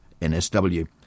NSW